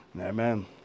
amen